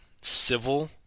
civil